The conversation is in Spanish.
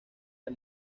del